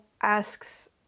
asks